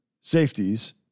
safeties